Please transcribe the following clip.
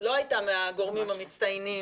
לא הייתה מהגורמים המצטיינים,